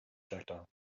projectile